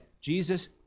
Jesus